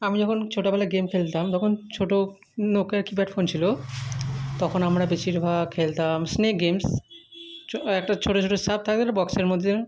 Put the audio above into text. আমি যখন ছোটোবেলায় গেম খেলতাম তখন ছোটো নোকিয়া কিপ্যাড ফোন ছিলো তখন আমরা বেশিরভাগ খেলতাম স্নেক গেমস ছো একটা ছোটো ছোটো সাপ থাকে না বক্সের মধ্যে